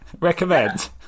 recommend